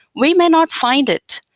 we may not find it.